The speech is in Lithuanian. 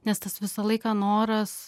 nes tas visą laiką noras